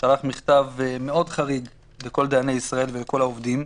שלח מכתב מאוד חריף לכל דייני ישראל ולכל העובדים.